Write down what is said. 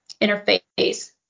interface